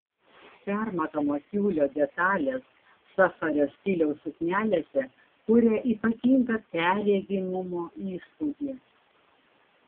permatomo tiulio detalės safario stiliaus suknelėse kuria ypatingą perregimumo įspūdį